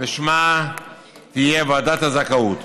ששמה יהיה ועדת הזכאות.